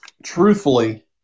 Truthfully